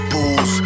Booze